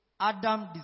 Adam